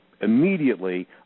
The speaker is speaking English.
immediately